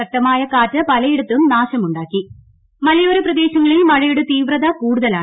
ശക്തമായ കാറ്റ് പലയിടത്തും നാശമുണ്ടാക്കി മലയോര പ്രദേശങ്ങളിൽ മഴയുടെ തീവ്രത കൂടുതലാണ്